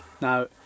Now